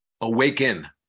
Awaken